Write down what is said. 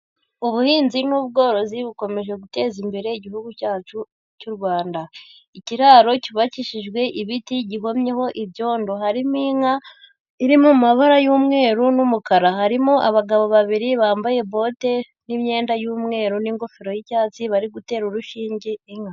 Ubuhinzi n'ubworozi bukomeje guteza imbere igihugu cyacu cy'u Rwanda, ikiraro cyubakishijwe ibiti, gihomyeho ibyondo, harimo inka iri mu mabara y'umweru n'umukara, harimo abagabo babiri bambaye bote n'imyenda y'umweru n'ingofero y'icyatsi, bari gutera urushinge inka.